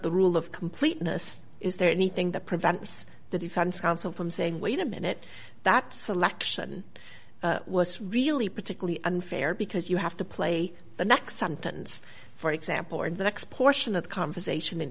the rule of completeness is there anything that prevents the defense counsel from saying wait a minute that selection was really particularly unfair because you have to play the next sentence for example in the next portion of the conversation in